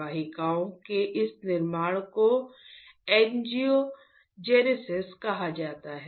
वाहिकाओं के इस निर्माण को एंजियोजेनेसिस कहा जाता है